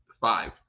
five